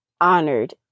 honored